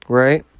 right